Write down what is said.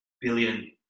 billion